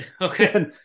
Okay